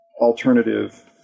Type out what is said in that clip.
alternative